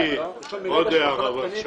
תרשו לי עוד הערה.